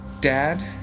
dad